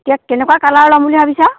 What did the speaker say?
এতিয়া কেনেকুৱা কালৰৰ ল'ম বুলি ভাবিছা